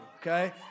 okay